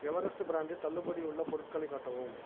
Everest பிராண்டில் தள்ளுபடி உள்ள பொருட்களை காட்டவும்